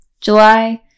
July